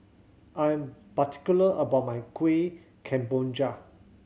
I'm particular about my Kuih Kemboja